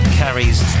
carries